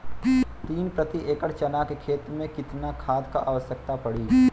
तीन प्रति एकड़ चना के खेत मे कितना खाद क आवश्यकता पड़ी?